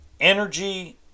Energy